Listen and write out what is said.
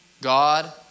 God